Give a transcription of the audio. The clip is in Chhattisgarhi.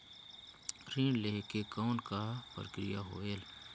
ऋण लहे के कौन का प्रक्रिया होयल?